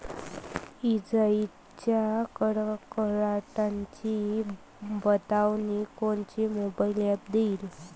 इजाइच्या कडकडाटाची बतावनी कोनचे मोबाईल ॲप देईन?